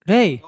Hey